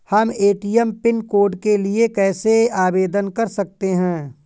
हम ATM pin code के लिए कैसे आवेदन कर सकते हैं?